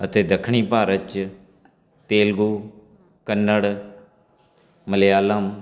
ਅਤੇ ਦੱਖਣੀ ਭਾਰਤ 'ਚ ਤੇਲਗੂ ਕੰਨੜ ਮਲਿਆਲਮ